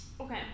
Okay